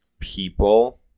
People